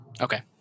Okay